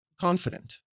confident